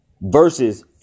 versus